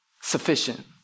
sufficient